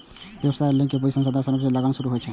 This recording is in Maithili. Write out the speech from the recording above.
व्यवसाय लेल पूंजी, संसाधन, श्रम आ लगन जरूरी होइ छै